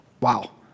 Wow